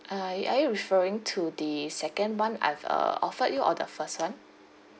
are y~ are you referring to the second one I've uh offered you or the first one